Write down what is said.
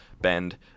Bend